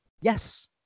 Yes